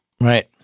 Right